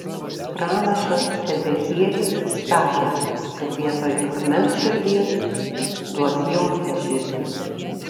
pranašas ezechielis sakė kad vietoj akmens širdies duos jautrią širdį